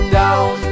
down